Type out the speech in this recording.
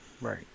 Right